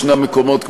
יש מקומות,